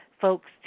folks